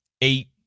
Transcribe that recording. eight